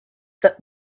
that